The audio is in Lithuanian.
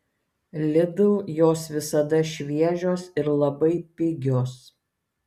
lidl jos visada šviežios ir labai pigios